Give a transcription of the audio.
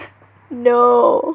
no